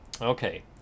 Okay